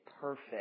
perfect